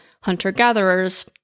hunter-gatherers